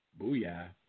Booyah